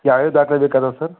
ಯಾವ ಯಾವ ದಾಖ್ಲೆ ಬೇಕಾದವ ಸರ್